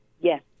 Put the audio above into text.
Yes